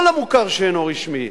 כל המוכר שאינו רשמי.